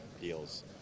deals